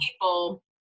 people